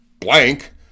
blank